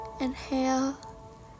Inhale